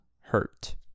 hurt